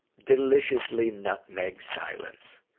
deliciously nutmeg silence.